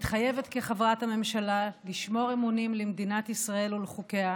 מתחייבת כחברת הממשלה לשמור אמונים למדינת ישראל ולחוקיה,